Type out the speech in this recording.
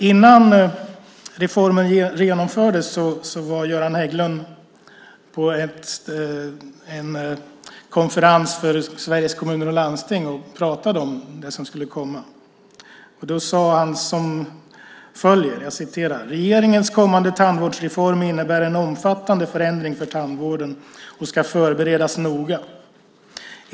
Innan reformen genomfördes var Göran Hägglund på en konferens för Sveriges Kommuner och Landsting och pratade om det som skulle komma. Då sade han som följer: "Regeringens kommande tandvårdsreform innebär en omfattande förändring för tandvården och ska förberedas noga.